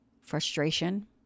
frustration